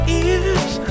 ears